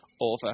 over